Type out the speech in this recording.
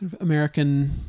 American